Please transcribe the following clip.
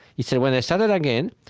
he said, when i started again,